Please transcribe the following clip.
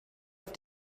auf